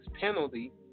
penalty